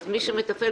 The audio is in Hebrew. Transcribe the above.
אז מי שמטפל,